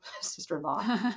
sister-in-law